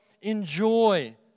enjoy